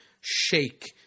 shake